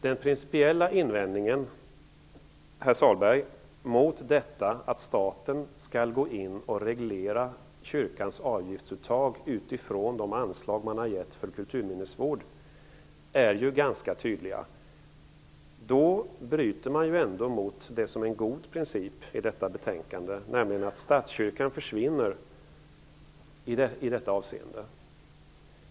Den principiella invändningen, herr Sahlberg, mot att staten skall gå in och reglera kyrkans avgiftsuttag utifrån de anslag man har gett för kulturminnesvård är ganska tydlig. Då bryter man ändå mot det som är en god princip i detta betänkande, nämligen att statskyrkan försvinner i detta avseende.